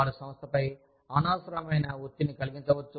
వారు సంస్థపై అనవసరమైన ఒత్తిడిని కలిగించవచ్చు